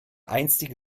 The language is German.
einstige